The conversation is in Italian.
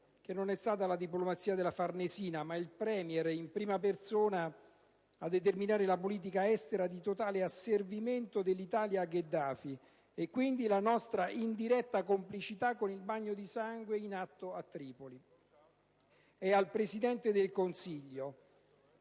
non è stata la diplomazia della Farnesina, ma il *Premier* in prima persona a determinare la politica estera di totale asservimento dell'Italia a Gheddafi e - quindi - la nostra indiretta complicità con il bagno di sangue in atto a Tripoli. È al Presidente del Consiglio